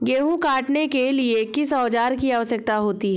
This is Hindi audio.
गेहूँ काटने के लिए किस औजार की आवश्यकता होती है?